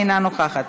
אינה נוכחת,